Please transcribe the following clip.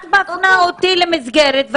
את מפנה אותי למסגרת,